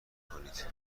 کنید